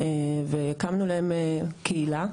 אז הקמנו להם קהילה,